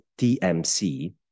TMC